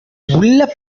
உள்ள